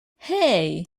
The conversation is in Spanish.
hey